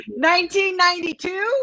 1992